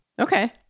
Okay